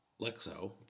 lexo